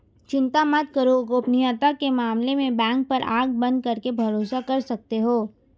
चिंता मत करो, गोपनीयता के मामले में बैंक पर आँख बंद करके भरोसा कर सकते हो